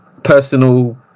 personal